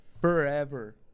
Forever